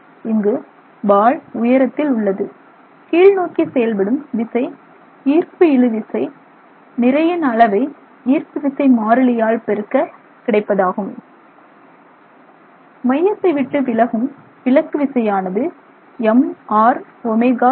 இங்கு பால் உயரத்தில் உள்ளது கீழ்நோக்கி செயல்படும் விசை ஈர்ப்பு இழுவிசை நிறையின் அளவை ஈர்ப்பு விசை மாறிலியால் பெருக்க கிடைப்பதாகும் மையத்தை விட்டு விலகும் விலக்கு விசையானது mrω2